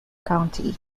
county